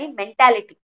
mentality